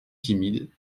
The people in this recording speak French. timide